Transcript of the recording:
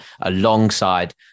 alongside